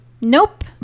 Nope